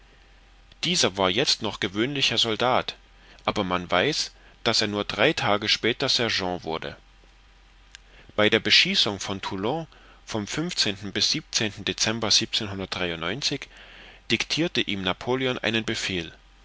dieser war jetzt noch gewöhnlicher soldat aber man weiß daß er nur drei tage später sergent wurde bei der beschießung von toulon vom bis dezember dictirte ihm napoleon einen befehl